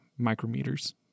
micrometers